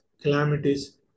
calamities